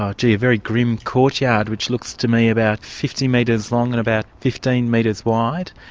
um gee, a very grim courtyard which looks to me about fifty metres long and about fifteen metres wide,